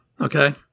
Okay